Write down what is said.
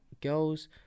girls